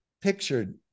pictured